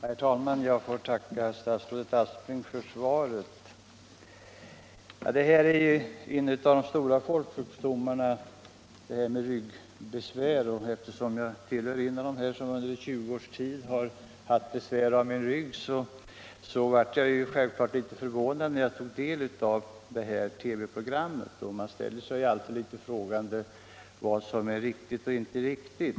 Herr talman! Jag får tacka statsrådet Aspling för svaret. Ryggbesvär är en av de stora folksjukdomarna. Eftersom jag under 20 års tid har haft besvär av min rygg, blev jag självfallet litet förvånad när jag tog del av TV-programmet om ryggsjukdomar den 11 mars. Man ställer sig litet frågande inför vad som är riktigt och inte riktigt.